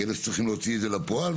כמי שצריכים להוציא את זה לפועל.